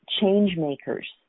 change-makers